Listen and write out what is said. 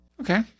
okay